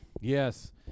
Yes